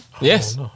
Yes